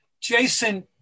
Jason